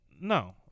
No